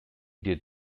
did